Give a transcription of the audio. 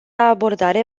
abordare